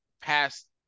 past